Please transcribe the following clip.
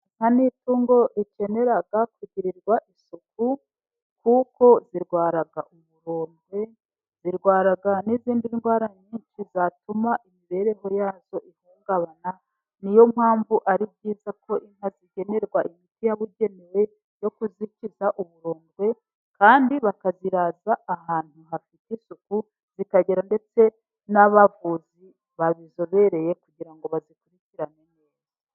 Inka ni itungo rikenera kugirirwa isuku kuko zirwara uburondwe, zirwara n'izindi ndwara nyinshi zatuma imibereho yazo ihungabana, ni yo mpamvu ari byiza ko inka zigenerwa imiti yabugenewe yo kuzikiza uburondwe kandi bakaziraza ahantu hafite isuku, zikagira ndetse n'abavuzi babizobereye kugira ngo bazikurikirane.